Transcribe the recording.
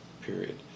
period